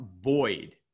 void